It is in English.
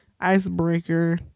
icebreaker